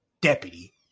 deputy